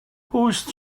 whose